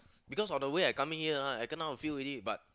because of the way I coming here lah I kena a few already but